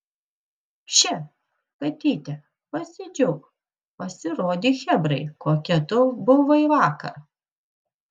še katyte pasidžiauk pasirodyk chebrai kokia tu buvai vakar